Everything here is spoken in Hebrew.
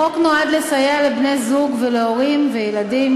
החוק נועד לסייע לבני-זוג ולהורים וילדים